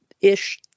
ish